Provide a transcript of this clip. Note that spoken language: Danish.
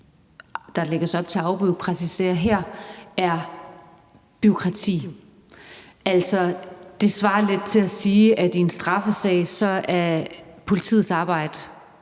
der lægges op til at vi afbureaukratiserer her, er bureaukratisk. Det svarer lidt til at sige, at i en straffesag er politiets arbejde